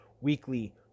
Weekly